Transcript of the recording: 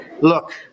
Look